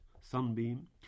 Sunbeam